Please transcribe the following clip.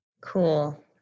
Cool